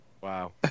Wow